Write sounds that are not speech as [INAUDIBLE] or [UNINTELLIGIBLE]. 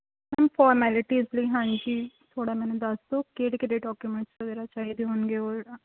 ma'am formalities ਹਾਂਜੀ ਥੋੜ੍ਹਾ ਮੈਨੂੰ ਦੱਸ ਦਿਓ ਕਿਹੜੇ ਕਿਹੜੇ ਡਾਕੂਮੈਂਟਸ ਵਗੈਰਾ ਚਾਹੀਦੇ ਹੋਣਗੇ [UNINTELLIGIBLE]